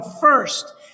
first